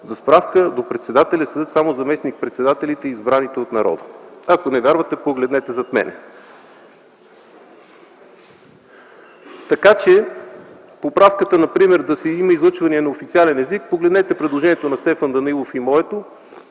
За справка – до председателя седят само заместник-председателите и избраните от народа. Ако не вярвате, погледнете зад мен. Така че в поправката да има излъчване на официален език – погледнете предложението на Стефан Данаилов и моето